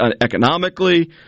economically